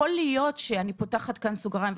אני פותחת כאן סוגריים,